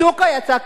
יצא קדימה.